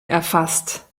erfasst